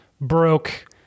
broke